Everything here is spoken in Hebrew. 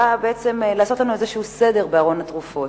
באה בעצם לעשות לנו סדר בארון התרופות.